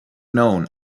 known